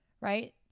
right